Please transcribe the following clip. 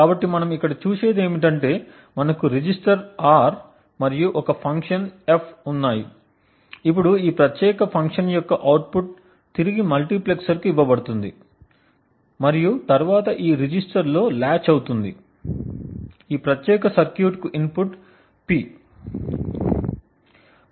కాబట్టి మనం ఇక్కడ చూసేది ఏమిటంటే మనకు రిజిస్టర్ R మరియు ఒక ఫంక్షన్ F ఉన్నాయి ఇప్పుడు ఈ ప్రత్యేక ఫంక్షన్ యొక్క అవుట్పుట్ తిరిగి మల్టీప్లెక్సర్కు ఇవ్వబడుతుంది మరియు తరువాత ఈ రిజిస్టర్ లో లాచ్ అవుతుంది ఈ ప్రత్యేక సర్క్యూట్ కు ఇన్పుట్ P